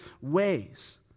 ways